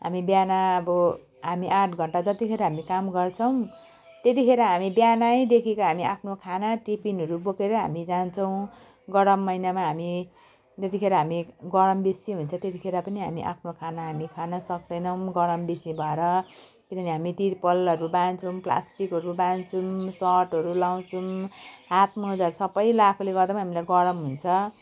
अनि बिहान अब हामी आठ घन्टा जतिखेर हामी काम गर्छौँ त्यतिखेर हामी बिहानैदेखिको हामी आफ्नो खाना टिफिनहरू बोकेर हामी जान्छौँ गरम महिनामा हामी जतिखेर हामी गरम बेसी हुन्छ त्यतिखेर पनि हामी आफ्नो खाना हामी खाना सक्तैनौँ गरम बेसी भएर किनभने हामी तिरपलहरू बाँध्छौँ प्लास्टिकहरू बाँध्छौँ सर्टहरू लगाउछौँ हात मोजा सबै लगाएकोले गर्दा नि हामीलाई गरम हुन्छ